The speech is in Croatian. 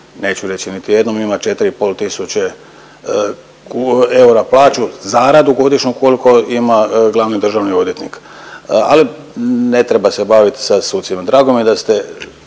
neću reći niti jednom ima 4,5 tisuće ku… eura plaću zaradu godišnju koliko ima glavni državni odvjetnik, ali ne treba se bavit sa sucima. Drago mi je da ste,